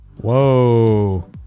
Whoa